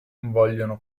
vogliono